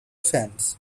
fans